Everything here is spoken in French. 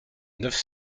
neuf